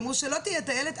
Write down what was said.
אמרו שלא תהיה טיילת",